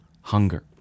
hunger